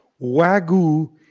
wagyu